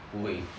不会